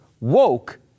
Woke